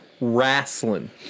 wrestling